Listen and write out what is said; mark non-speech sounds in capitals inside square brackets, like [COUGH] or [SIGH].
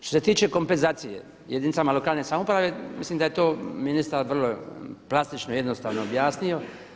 Što se tiče kompenzacije, jedinicama lokalne samouprave mislim da je to ministar vrlo … [UNINTELLIGIBLE] jednostavno objasnio.